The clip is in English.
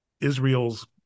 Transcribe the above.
Israel's